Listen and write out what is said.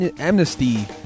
amnesty